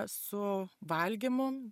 su valgymu